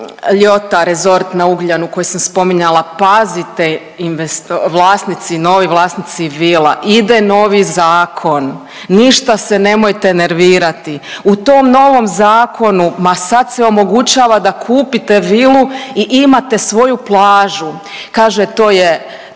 LIOQA Resort na Ugljanu koji sam spominjala, pazite vlasnici, novi vlasnici vila, ide novi zakon, ništa se nemojte nervirati, u tom novom zakonu ma sad se omogućava da kupite vilu i imate svoju plažu. Kaže to je